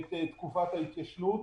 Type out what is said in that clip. את תקופת ההתיישנות.